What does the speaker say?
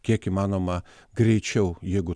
kiek įmanoma greičiau jeigu